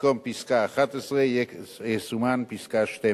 שבמקום פסקה "(11)" יסומן פסקה "(12)".